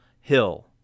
hill